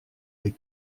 les